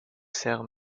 sers